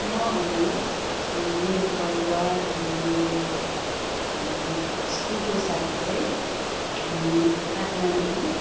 म अनि मेरो परिवार अनि मेरो स्कुलको साथी चाहिँ हामीले काठमाडौँ